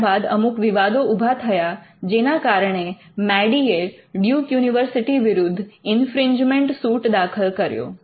ત્યારબાદ અમુક વિવાદો ઊભા થયા જેના કારણે મેડીએ ડ્યૂક યુનિવર્સિટી વિરુદ્ધ ઇન્ફ્રિંજમેન્ટ સૂટ દાખલ કર્યો